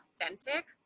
authentic